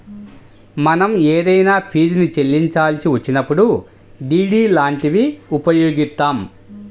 మనం ఏదైనా ఫీజుని చెల్లించాల్సి వచ్చినప్పుడు డి.డి లాంటివి ఉపయోగిత్తాం